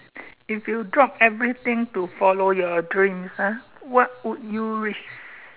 if you drop everything to follow your dreams ah what would you risk